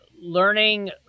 Learning